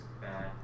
bad